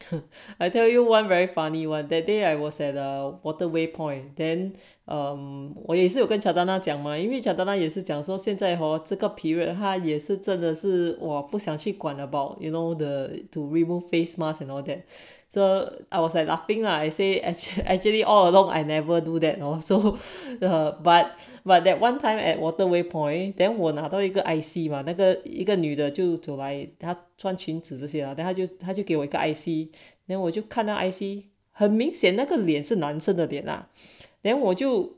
I tell you [one] very funny what that day I was at the waterway point then 我也是有跟乔丹拿讲嘛因为那也是讲说现在 hor 这个 period 哈也是真的是我不想去 quote about you know the two will face mask and all that so I was like laughing lah I say as actually all along I never do that or so the but but that one time at waterway point then 我拿到一个吗那个一个女的 due to buy 他穿只是这些啊 then 他就他就给我一个 I see then 我就看到 I see 很明显那个脸是男生的脸了 then 我就